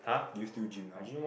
do you still gym now